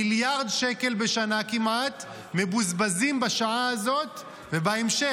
מיליארד שקל בשנה כמעט מבוזבזים בשעה הזאת ובהמשך,